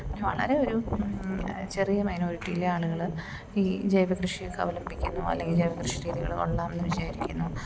പിന്നെ വളരെ ഒരു ചെറിയ മൈനോറിറ്റിയിലെ ആളുകൾ ഈ ജൈവ കൃഷിയൊക്കെ അവലംബിക്കുന്നു അല്ലെങ്കിൽ ജൈവകൃഷി രീതികൾ കൊള്ളാം എന്നു വിചാരിക്കുന്നു